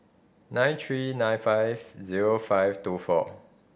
nine three nine five zero five two four